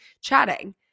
chatting